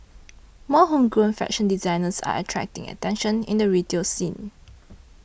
more homegrown fashion designers are attracting attention in the retail scene